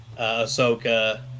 Ahsoka